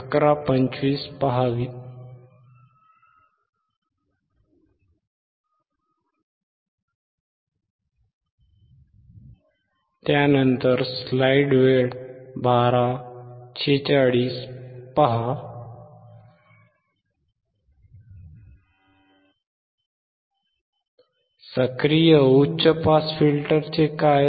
सक्रिय उच्च पास फिल्टरचे काय